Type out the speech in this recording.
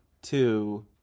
Two